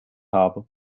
habe